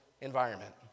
environment